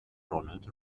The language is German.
ronald